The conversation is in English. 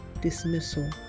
dismissal